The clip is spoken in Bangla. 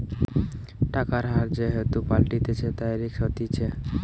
টাকার হার যেহেতু পাল্টাতিছে, তাই রিস্ক হতিছে